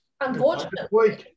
Unfortunately